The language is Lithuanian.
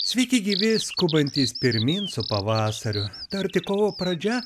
sveiki gyvi skubantys pirmyn su pavasariu dar tik kovo pradžia